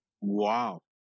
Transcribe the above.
Wow